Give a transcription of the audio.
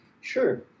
sure